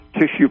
tissue